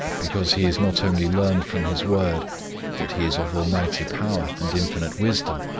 because he has not only learned from his word that he is of almighty power and infinite wisdom,